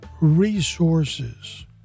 resources